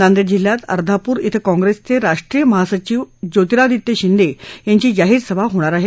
नांदेड जिल्ह्यात अर्धापूर इथं काँग्रेसचे राष्ट्रीय महासचिव ज्योतिरादित्य शिंदे यांची जाहीर सभा होणार आहे